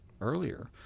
earlier